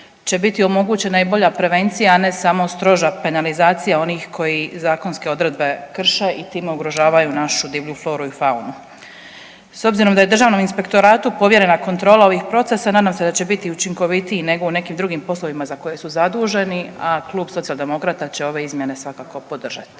će biti omogućena i bolja prevencija, a ne samo stroža penalizacija onih koji zakonske odredbe krše i time ugrožavaju našu divlju floru i faunu. S obzirom da je Državnom inspektoratu povjerena kontrola ovih procesa nadam se da će biti učinkovitiji nego u nekim drugim poslovima za koje su zaduženi, a Klub Socijaldemokrata će ove izmjene svakako podržati.